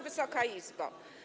Wysoka Izbo!